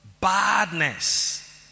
Badness